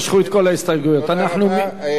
גם אין רשות דיבור.